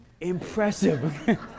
impressive